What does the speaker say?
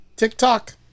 TikTok